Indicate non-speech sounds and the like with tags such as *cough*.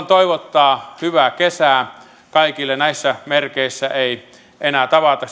*unintelligible* toivottaa hyvää kesää kaikille kyselytunnin merkeissä ei enää tavata *unintelligible*